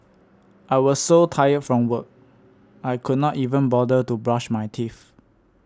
I was so tired from work I could not even bother to brush my teeth